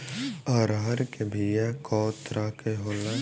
अरहर के बिया कौ तरह के होला?